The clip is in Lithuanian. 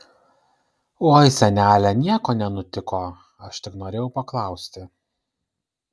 oi senele nieko nenutiko aš tik norėjau paklausti